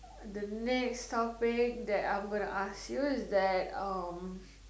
the next topic that I'm going to ask you is that um